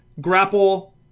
grapple